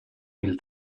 mil